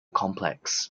complex